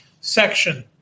section